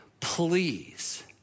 Please